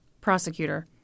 Prosecutor